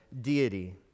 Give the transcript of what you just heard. deity